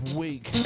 week